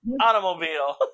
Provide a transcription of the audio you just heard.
automobile